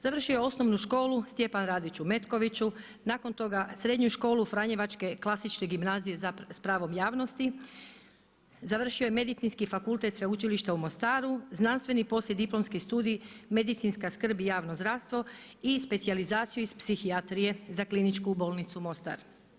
Završio je Osnovnu školu Stjepan Radić u Metkoviću, nakon toga Srednju školu Franjevačke klasične gimnazije s pravom javnosti, završio je Medicinski fakultet Sveučilišta u Mostaru, znanstveni poslijediplomski studij Medicinska skrb i javno zdravstvo i specijalizaciju iz psihijatrije za Kliničku bolnicu Mostar.